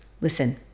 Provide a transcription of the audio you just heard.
Listen